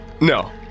No